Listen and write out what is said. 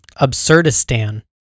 Absurdistan